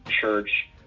church